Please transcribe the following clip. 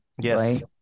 Yes